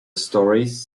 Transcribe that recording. stories